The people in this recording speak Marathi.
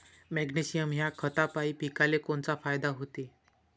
मॅग्नेशयम ह्या खतापायी पिकाले कोनचा फायदा होते?